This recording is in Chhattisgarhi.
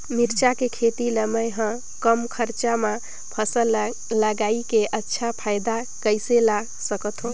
मिरचा के खेती ला मै ह कम खरचा मा फसल ला लगई के अच्छा फायदा कइसे ला सकथव?